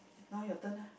now your turn